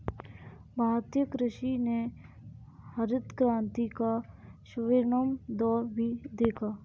भारतीय कृषि ने हरित क्रांति का स्वर्णिम दौर भी देखा